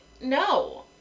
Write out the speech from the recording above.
No